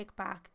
kickback